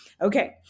Okay